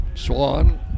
Swan